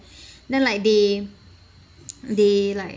then like they they like